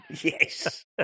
Yes